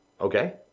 Okay